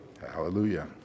Hallelujah